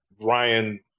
Ryan